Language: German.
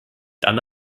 dann